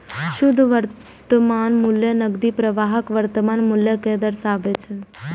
शुद्ध वर्तमान मूल्य नकदी प्रवाहक वर्तमान मूल्य कें दर्शाबै छै